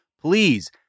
please